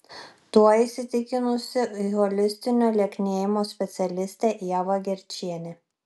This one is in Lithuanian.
tuo įsitikinusi holistinio lieknėjimo specialistė ieva gerčienė